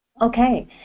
Okay